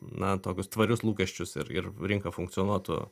na tokius tvarius lūkesčius ir ir rinka funkcionuotų